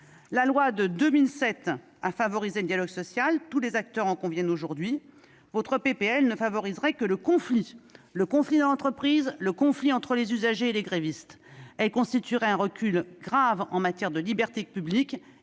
La loi de 2007 a favorisé le dialogue social, tous les acteurs en conviennent aujourd'hui. Votre proposition de loi ne favoriserait que le conflit, dans l'entreprise comme entre les usagers et les grévistes. Elle constituerait un recul grave en matière de libertés publiques